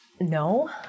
No